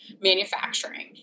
manufacturing